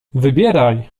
wybieraj